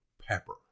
Pepper